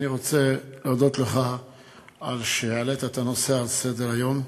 אני רוצה להודות לך על שהעלית את הנושא על סדר-היום.